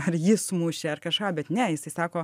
ar jis mušė ar kažką bet ne jisai sako